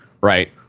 right